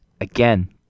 again